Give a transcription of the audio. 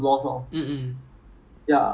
I also don't want physical training